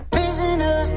Prisoner